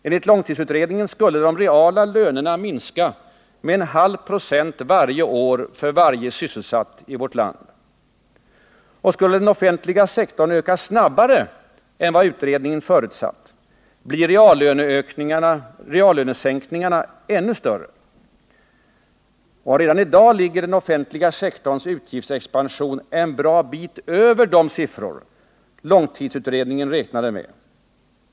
Enligt långtidsutredningen skulle de reala lönerna ininska med 1/2 96 varje år och för varje sysselsatt i vårt land. Skulle den offentliga sektorn öka snabbare än vad långtidsutredningen förutsatt, blir reallönesänkningarna ännu större. Redan i dag ligger den offentliga sektorns utgiftsexpansion en bra bit över de siffror som långtidsutredningen räknade med.